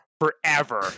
forever